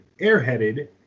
Airheaded